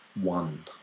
one